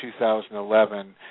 2011